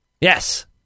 Yes